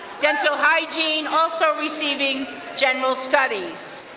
dental hygiene, also receiving general studies.